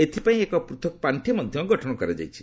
ଏଥିପାଇଁ ଏକ ପୃଥକ୍ ପାର୍ଷି ମଧ୍ୟ ଗଠନ କରାଯାଇଛି